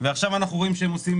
ועכשיו אנחנו רואים שהם עושים